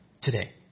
today